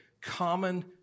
common